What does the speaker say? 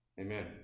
Amen